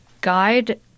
guide